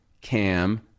Cam